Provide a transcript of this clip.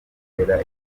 ntera